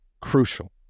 Crucial